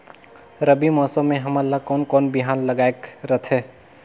रबी मौसम मे हमन ला कोन कोन बिहान लगायेक रथे?